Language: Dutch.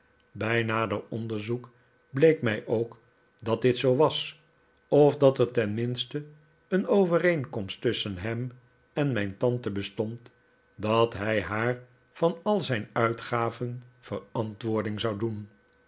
bij nader onderzoek bleek mij ook dat dit zoo was of dat er tenminste een overeenkomst tusschen hem en mijn tante bestond dat hij haar van al zijn uitgaven verantwoording zou doen